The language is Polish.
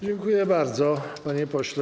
Dziękuję bardzo, panie pośle.